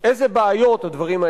ואין מעצור בפני הדת הזאת.